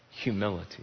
humility